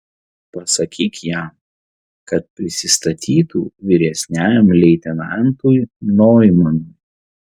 pasakyk jam kad prisistatytų vyresniajam leitenantui noimanui